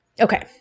Okay